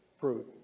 Fruit